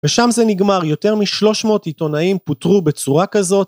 ושם זה נגמר יותר משלוש מאות עיתונאים פוטרו בצורה כזאת.